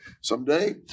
someday